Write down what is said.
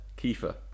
Kiefer